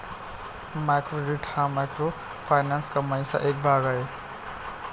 micro credit हा microfinance कमाईचा एक भाग आहे